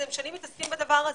הם שנים מתעסקים בדבר הזה,